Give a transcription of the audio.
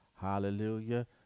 Hallelujah